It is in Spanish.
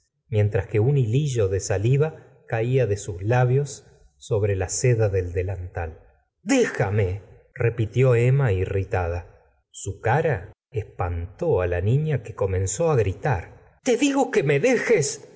mientras que un hilillo de saliva caía de sus labios sobre la seda del delantal déjame repitió emma irritada su cara espantó la niña que comenzó gritar te digo que me dejes